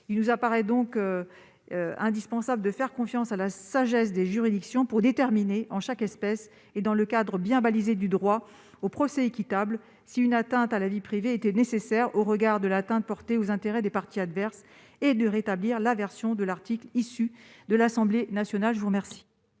Il nous paraît donc indispensable de faire confiance à la sagesse des juridictions pour déterminer, en chaque espèce et dans le cadre bien balisé du droit au procès équitable, si l'atteinte à la vie privée était nécessaire au regard de l'atteinte portée aux intérêts des parties adverses. Voilà pourquoi nous proposons de rétablir cet article dans la version